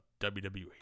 WWE